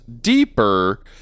deeper